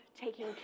taking